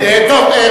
נכון?